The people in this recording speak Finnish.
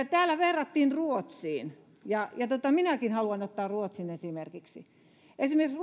täällä verrattiin ruotsiin ja ja minäkin haluan ottaa ruotsin esimerkiksi esimerkiksi